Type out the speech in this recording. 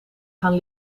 gaan